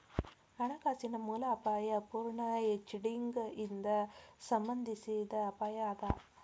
ಹಣಕಾಸಿನ ಮೂಲ ಅಪಾಯಾ ಅಪೂರ್ಣ ಹೆಡ್ಜಿಂಗ್ ಇಂದಾ ಸಂಬಂಧಿಸಿದ್ ಅಪಾಯ ಅದ